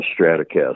Stratocaster